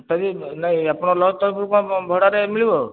ତଥାପି ନାଇଁ ଆପଣଙ୍କ ଲଜ୍ ତରଫରୁ କ'ଣ ଭଡ଼ାରେ ମିଳିବ